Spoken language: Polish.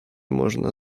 można